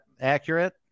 accurate